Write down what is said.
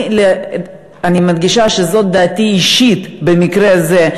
אני מדגישה שזאת דעתי האישית במקרה הזה,